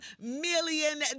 million